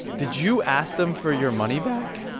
did you ask them for your money back?